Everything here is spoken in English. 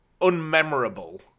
unmemorable